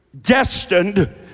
destined